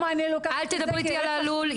אל תדברי איתי על עלול.